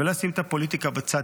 ולא ישים את הפוליטיקה בצד,